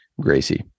Gracie